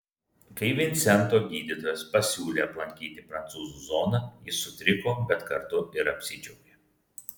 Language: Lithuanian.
kai vincento gydytojas pasiūlė aplankyti prancūzų zoną jis sutriko bet kartu ir apsidžiaugė